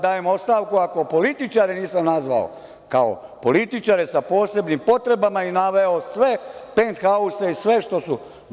Dajem ostavku ako političare nisam nazvao kao političare sa posebnim potrebama i naveo sve penthause i sve…